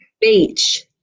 beach